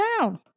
down